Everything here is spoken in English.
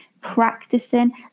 practicing